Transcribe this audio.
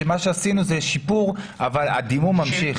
שמה שעשינו זה שיפור אבל הדימום ממשיך.